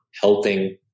helping